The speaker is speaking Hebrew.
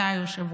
היושב-ראש.